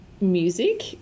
Music